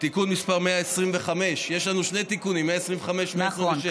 תיקון מס' 125, יש לנו שני תיקונים: 125 ו-126.